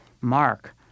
mark